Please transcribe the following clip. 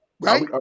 right